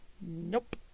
Nope